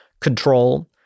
control